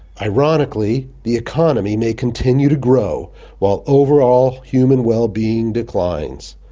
ironically, the economy may continue to grow while overall human well-being declines.